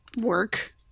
work